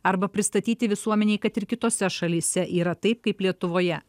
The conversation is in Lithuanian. arba pristatyti visuomenei kad ir kitose šalyse yra taip kaip lietuvoje